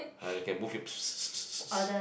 I can move him